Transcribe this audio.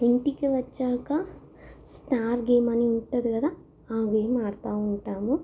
ఇంటికి వచ్చాక star game అని ఉంటుంది కదా ఆ గేమ్ ఆడుతూ ఉంటాము